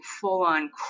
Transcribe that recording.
full-on